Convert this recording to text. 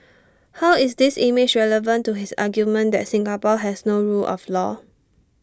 how is this image relevant to his argument that Singapore has no rule of law